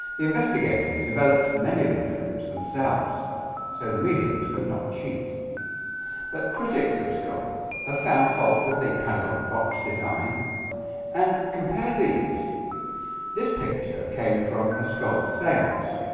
the investigators developed many of the films themselves so the mediums could not cheat but critics of skull have found fault with the padlock box design and compare these this picture came from a skull seance